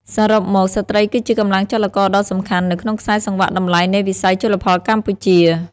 សរុបមក ស្ត្រីគឺជាកម្លាំងចលករដ៏សំខាន់នៅក្នុងខ្សែសង្វាក់តម្លៃនៃវិស័យជលផលកម្ពុជា។